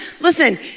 listen